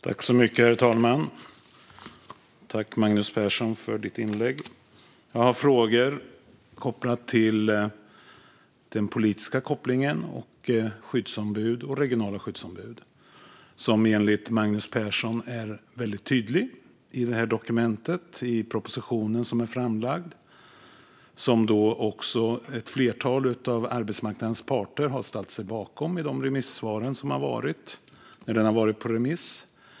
Herr talman! Tack, Magnus Persson, för ditt inlägg! Jag har frågor om den politiska kopplingen när det gäller skyddsombud och regionala skyddsombud. Den är enligt Magnus Persson väldigt tydlig i den proposition som lagts fram, som ett flertal av arbetsmarknadens parter har ställt sig bakom i de remissvar som inkommit.